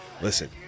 listen